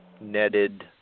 netted